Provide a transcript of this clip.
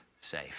safe